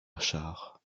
achard